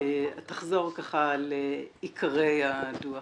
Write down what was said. תחזור על עיקרי הדוח.